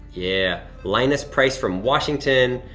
yeah, linus price from washington.